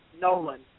Nolan